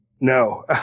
No